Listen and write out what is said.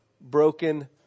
broken